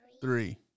three